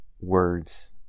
words